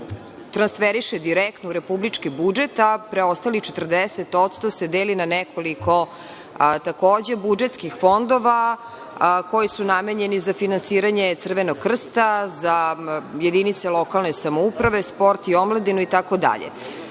transferiše direktno u republički budžet, a preostalih 40% se deli na nekoliko takođe budžetskih fondova koji su namenjeni za finansiranje Crvenog krsta, za jedinice lokalne samouprave, sport i omladinu